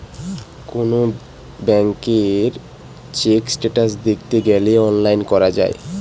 কোন ব্যাংকার check status দ্যাখতে গ্যালে অনলাইন করা যায়